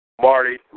Marty